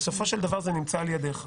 בסופו של דבר זה נמצא על-ידך.